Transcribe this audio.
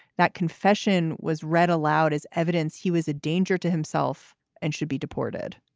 that confession was read aloud as evidence he was a danger to himself and should be deported.